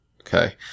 Okay